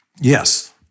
Yes